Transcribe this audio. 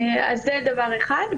זה דבר אחד.